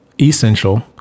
essential